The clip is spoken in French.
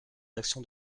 actions